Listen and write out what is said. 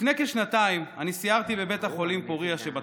לפני כשנתיים אני סיירתי בבית החולים פוריה שבצפון,